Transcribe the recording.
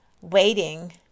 waiting